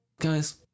Guys